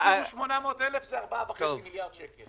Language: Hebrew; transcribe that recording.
לנו הם הסבירו 800,000 זה 4.5 מיליארד שקלים.